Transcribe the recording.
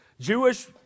Jewish